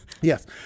Yes